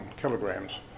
kilograms